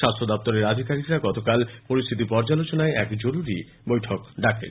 স্বাস্হ্য দফতরের আধিকারিকরা গতকাল পরিস্হিতি পর্যালোচনায় এক জরুরী বৈঠকে বসে